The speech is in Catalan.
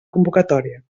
convocatòria